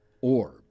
orb